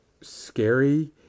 scary